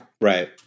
right